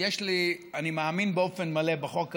אני מאמין באופן מלא בחוק הזה.